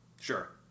Sure